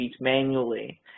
manually